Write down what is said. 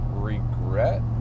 regret